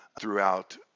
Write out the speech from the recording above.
throughout